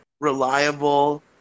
reliable